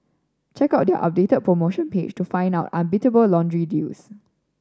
check out their updated promotion page to find out unbeatable laundry deals